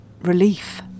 relief